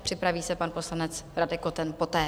Připraví se pan poslanec Radek Koten poté.